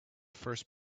first